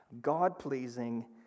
God-pleasing